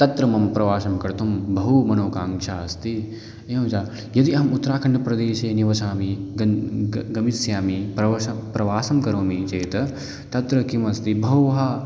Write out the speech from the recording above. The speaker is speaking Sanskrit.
तत्र मम प्रवासं कर्तुं बहु मनोकांक्षा अस्ति एवं च यदि अहम् उत्तराखण्डप्रदेशे निवसामि गन् ग गमिष्यामि प्रवासं प्रवासं करोमि चेत् तत्र किम् अस्ति बहवः